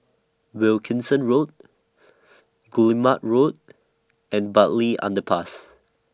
Wilkinson Road Guillemard Road and Bartley Underpass